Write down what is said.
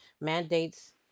mandates